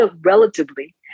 relatively